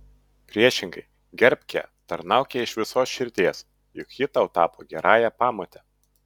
priešingai gerbk ją tarnauk jai iš visos širdies juk ji tau tapo gerąja pamote